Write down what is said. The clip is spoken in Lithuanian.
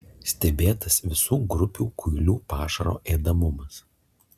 stebėtas visų grupių kuilių pašaro ėdamumas